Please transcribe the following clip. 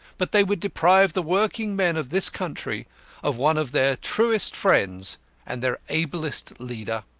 but they would deprive the working men of this country of one of their truest friends and their ablest leader.